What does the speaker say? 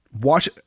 watch